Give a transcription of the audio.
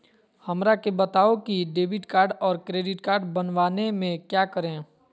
हमरा के बताओ की डेबिट कार्ड और क्रेडिट कार्ड बनवाने में क्या करें?